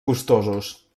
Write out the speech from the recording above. costosos